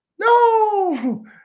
No